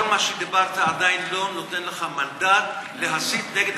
כל מה שדיברת עדיין לא נותן לך מנדט להסית נגד